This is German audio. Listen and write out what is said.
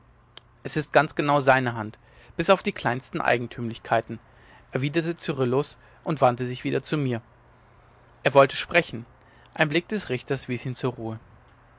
es ist ganz genau seine hand bis auf die kleinsten eigentümlichkeiten erwiderte cyrillus und wandte sich wieder zu mir er wollte sprechen ein blick des richters wies ihn zur ruhe